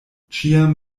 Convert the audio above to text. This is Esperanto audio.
ĉiam